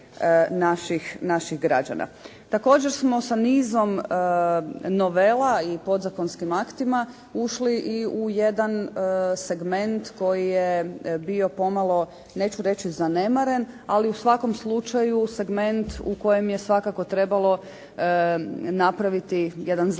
Također smo sa nizom novela i podzakonskim aktima ušli i u jedan segment koji je bio pomalo, neću reći zanemaren, ali u svakom slučaju segment u kojem je svakako trebalo napraviti jedan zlatni